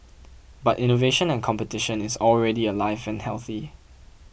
but innovation and competition is already alive and healthy